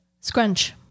scrunch